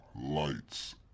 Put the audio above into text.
lights